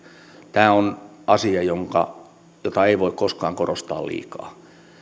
tämä on asia jota ei voi koskaan korostaa liikaa